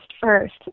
first